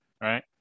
right